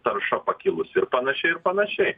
tarša pakilusi ir panašiai ir panašiai